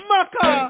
Maka